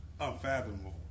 unfathomable